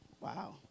Wow